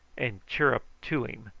and chirruped to him,